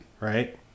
right